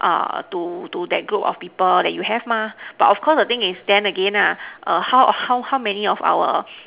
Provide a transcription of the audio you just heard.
err to to that group of people that you have mah but of course the thing is then again lah err how how how many of our